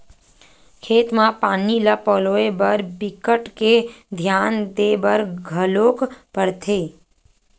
खेत म पानी ल पलोए बर बिकट के धियान देबर घलोक परथे